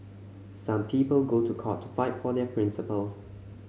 some people go to court to fight for their principles